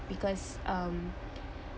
because um